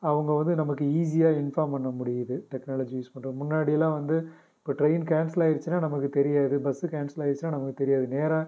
அவங்க வந்து நமக்கு ஈஸியாக இன்ஃபார்ம் பண்ண முடியிது டெக்னாலஜி யூஸ் பண்ணுறது முன்னாடியெலாம் வந்து இப்போ ட்ரெயின் கேன்சல் ஆயிருச்சினா நமக்கு தெரியாது பஸ்ஸு கேன்சல் ஆயிருச்சினா நமக்கு தெரியாது நேராக